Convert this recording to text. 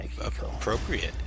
appropriate